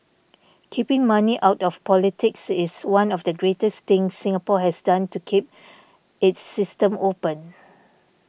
keeping money out of politics is one of the greatest things Singapore has done to keep its system open